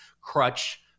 crutch